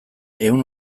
ehun